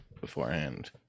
beforehand